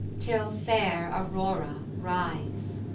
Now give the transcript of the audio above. till fair aurora rise.